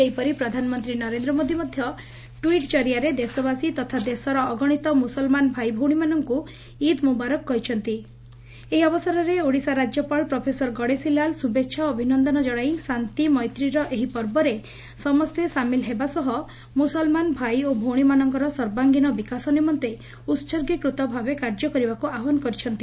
ସେହିପରି ପ୍ରଧାନମନ୍ତୀ ନରେନ୍ଦ ମୋଦି ମଧ୍ଧ ଟ୍ୱିଟ୍ ଜରିଆରେ ଦେଶବାସୀ ତଥା ଦେଶର ଅଗଶିତ ମୁସଲମାନ ଭାଇଭଉଣୀଙ୍କୁ ଇଦ୍ ମୁବାରକ୍ କହିଚ୍ଚନ୍ତି ଏହି ଅବସରରେ ଓଡ଼ିଶା ରାଜ୍ୟପାଳ ପ୍ରଫେସର ଗଣେଶୀ ଲାଲ୍ ଶୁଭେଛା ଓ ଅଭିନନ୍ଦନ ଜଣାଇ ଶାନ୍ଡି ମୈତ୍ରୀର ଏହି ପର୍ବରେ ସମସ୍ତେ ସାମିଲ ହେବା ସହ ମୁସଲମାନ ଭାଇ ଓ ଭଉଶୀମାନଙ୍କର ସର୍ବାଙ୍ଗୀନ ବିକାଶ ନିମନ୍ତେ ଉହର୍ଗୀକୃତ ଭାବେ କାର୍ଯ୍ୟ କରିବାକୁ ଆହ୍ୱାନ ଦେଇଛନ୍ତି